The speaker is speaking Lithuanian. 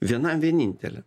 vienam vieninteliam